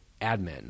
admin